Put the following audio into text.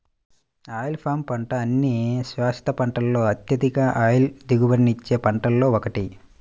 oil palm పంట అన్ని శాశ్వత పంటలలో అత్యధిక ఆయిల్ దిగుబడినిచ్చే పంటలలో ఒకటి